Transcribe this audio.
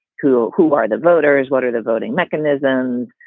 who who are the voters? what are the voting mechanism?